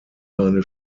seine